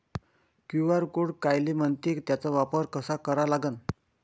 QR code कायले म्हनते, त्याचा वापर कसा करा लागन?